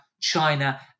China